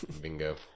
Bingo